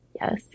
Yes